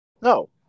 No